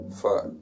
fuck